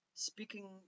Speaking